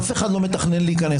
אף אחד לא מתכנן להיכנס,